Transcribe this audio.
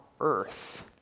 earth